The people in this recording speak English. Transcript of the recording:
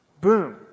Boom